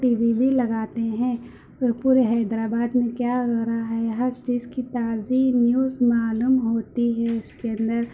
T وی بھی لگاتے ہیں پھر پورے حیدرآباد میں کیا ہو رہا ہے ہر چیز کی تازی نیوز معلوم ہوتی ہے اس کے اندر